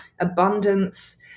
abundance